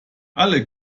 alle